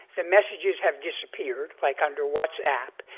the messages have disappeared like under whatsapp,